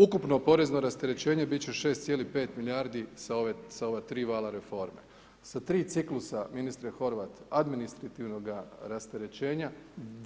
Ukopno porezno rasterećenje biti će 6,5 milijardi sa ova 3 vala reforme, sa 3 ciklusa, ministre Horvat, administrativnoga rasterećenja,